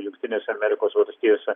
jungtinėse amerikos valstijose